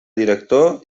director